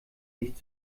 nicht